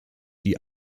die